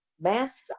Masks